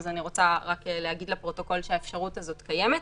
אני רוצה להגיד לפרוטוקול שהאפשרות הזו קיימת.